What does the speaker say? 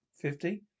fifty